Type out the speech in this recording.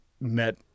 met